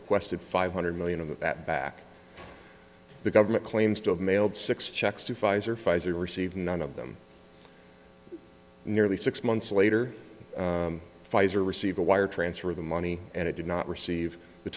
requested five hundred million of that back the government claims to have mailed six checks to pfizer pfizer received none of them nearly six months later pfizer received a wire transfer of the money and it did not receive the